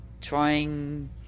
trying